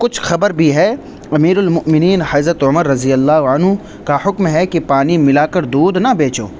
کچھ خبر بھی ہے امیر المؤمین حضرت عمر رضی اللہ عنہ کا حکم ہے کہ پانی ملا کر دودھ نہ بیچو